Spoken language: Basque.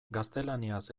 gaztelaniaz